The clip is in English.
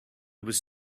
was